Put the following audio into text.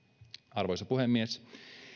arvoisa puhemies